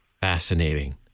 Fascinating